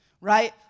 right